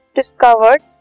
discovered